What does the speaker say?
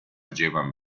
llevan